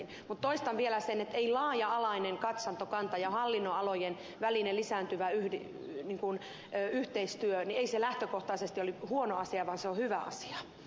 mutta toistan vielä sen että ei laaja alainen katsantokanta ja hallinnonalojen välinen lisääntyvä yhteistyö lähtökohtaisesti ole huono asia vaan se on hyvä asia